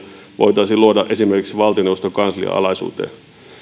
voitaisiin luoda esimerkiksi valtioneuvoston kanslian alaisuuteen ministeri